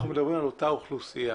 אנחנו בעצם מדברים על אותה אוכלוסייה.